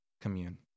commune